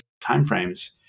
timeframes